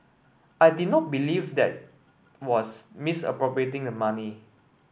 I did not believe that was misappropriating the money